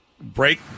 Break